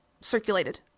circulated